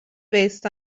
based